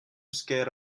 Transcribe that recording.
scared